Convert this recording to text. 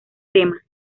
tema